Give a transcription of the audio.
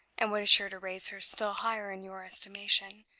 and what is sure to raise her still higher in your estimation,